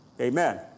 Amen